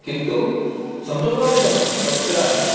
किन्तु सन्तोषमपि जातं तत्र